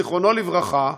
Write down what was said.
זיכרונו לברכה,